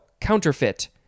counterfeit